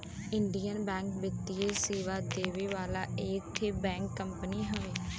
Indian Bank वित्तीय सेवा देवे वाला एक ठे बैंकिंग कंपनी हउवे